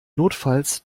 notfalls